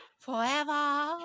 forever